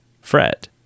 Fred